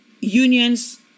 unions